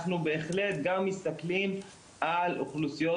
אנחנו בהחלט גם מתנפלים על אוכלוסיות